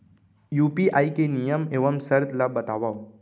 UPI के नियम एवं शर्त ला बतावव